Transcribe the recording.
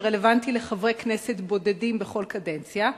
שרלוונטי לחברי כנסת בודדים בכל קדנציה,